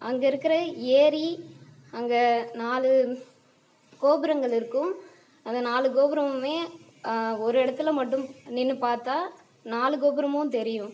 அங்கே இருக்கிற ஏரி அங்கே நாலு கோபுரங்கள் இருக்கும் அந்த நாலு கோபுரமுமே ஒரு இடத்துல மட்டும் நின்று பார்த்தா நாலு கோபுரமும் தெரியும்